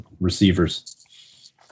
receivers